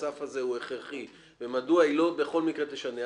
הסף הזה הוא הכרחי ומדוע היא לא בכל מקרה תשנה,